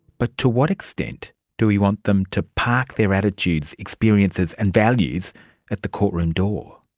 but to what extent do we want them to park their attitudes, experiences and values at the courtroom door?